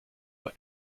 were